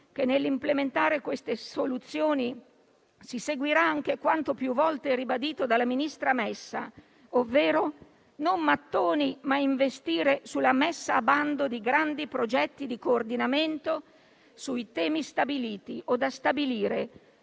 che nell'implementare queste soluzioni si seguirà anche quanto più volte ribadito dalla ministra Messa, ovvero non mattoni, ma investire sulla messa a bando di grandi progetti di coordinamento, sui temi stabiliti o da stabilire,